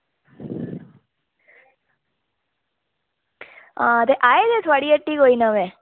हां ते आए कोई थुआढ़ी हट्टी कोई नमें